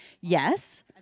yes